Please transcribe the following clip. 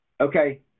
Okay